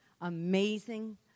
amazing